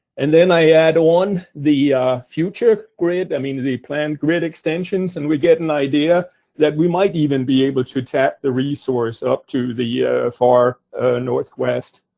and then, i add on the future grid, i mean, the planned grid extensions, and we get an idea that we might even be able to tap the resource up to the yeah far northwest.